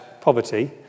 poverty